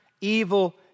Evil